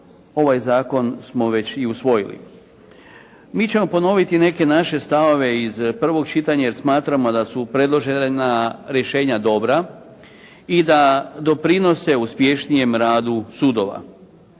ovaj zakon smo već i usvojili. Mi ćemo ponoviti neke naše stavove iz prvog čitanja, jer smatramo da su predložena rješenja dobra i da doprinose uspješnijem radu sudova.